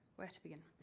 where to begin?